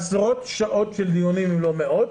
עשרות שעות של דיונים, אם לא מאות,